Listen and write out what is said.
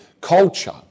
culture